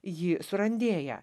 ji surandėja